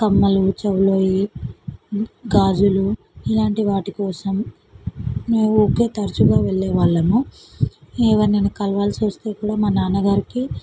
కమ్మలు చెవులవి గాజులు ఇలాంటి వాటికోసం మేము ఊరికే తరచుగా వెళ్ళేవాళ్ళము ఎవరినైనా కలవాల్సి వస్తే కూడా మా నాన్నగారికి